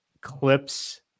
clips